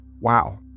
Wow